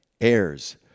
heirs